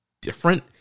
different